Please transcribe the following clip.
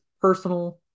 personal